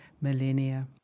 millennia